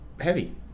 heavy